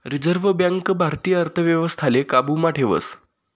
reserve bank भारतीय अर्थव्यवस्थाले काबू मा ठेवस